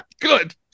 Good